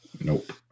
Nope